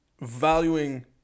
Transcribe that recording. valuing